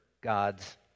God's